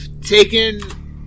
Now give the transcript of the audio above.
taken